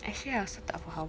actually I also tak faham lah